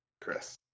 Chris